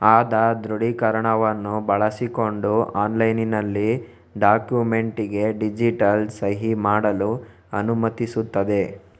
ಆಧಾರ್ ದೃಢೀಕರಣವನ್ನು ಬಳಸಿಕೊಂಡು ಆನ್ಲೈನಿನಲ್ಲಿ ಡಾಕ್ಯುಮೆಂಟಿಗೆ ಡಿಜಿಟಲ್ ಸಹಿ ಮಾಡಲು ಅನುಮತಿಸುತ್ತದೆ